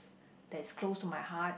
that is close to my heart